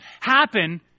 happen